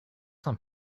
saint